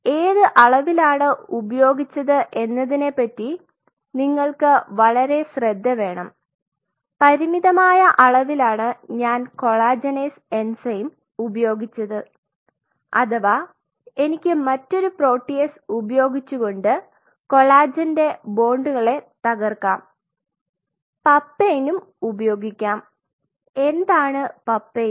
ഏത് അളവിലാണ് ഉപയോഗിച്ചത് എന്നതിനെപ്പറ്റി നിങ്ങൾക്ക് വളരെ ശ്രദ്ധ വേണം പരിമിതമായ അളവിലാണ് ഞാൻ കൊളാജനേസ് എൻസൈം ഉപയോഗിച്ചത് അഥവാ എനിക്ക് മറ്റൊരു പ്രോട്ടീയസ് ഉപയോഗിച്ചുകൊണ്ട് കൊളാജന്റെ ബോണ്ടുകളെ തകർക്കാം പപ്പെയ്നും ഉപയോഗിക്കാം എന്താണ് പപ്പെയ്ൻ